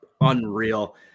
unreal